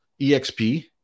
EXP